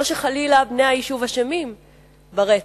לא שחלילה בני היישוב אשמים ברצח,